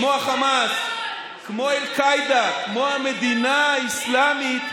כמו החמאס, כמו אל-קאעידה וכמו המדינה האסלאמית,